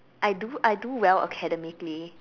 I do I do well academically